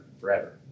forever